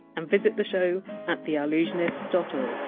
and visit the show at theallusionist dot o